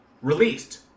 released